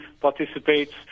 participates